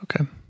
Okay